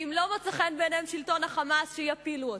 אם לא מוצא חן בעיניהם שלטון ה"חמאס" שיפילו אותו.